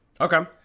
Okay